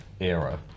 era